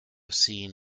seen